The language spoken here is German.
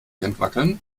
entwackeln